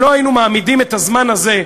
אם לא היינו מעמידים את הזמן הזה,